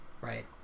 Right